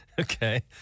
okay